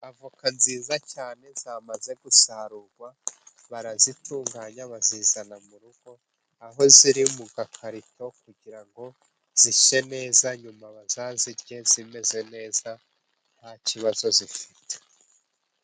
Avoka nziza cyane zamaze gusarurwa barazitunganya bazizana mu rugo. Aho ziri mu gakarito kugira ngo zishe neza nyuma bazazirye zimeze neza nta kibazo zifite.